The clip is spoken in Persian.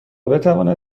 بتواند